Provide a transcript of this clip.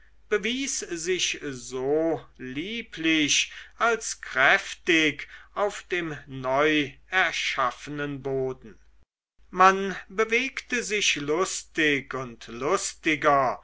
bewies sich so lieblich als kräftig auf dem neu erschaffenen boden man bewegte sich lustig und lustiger